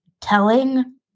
Telling